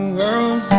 world